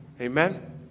Amen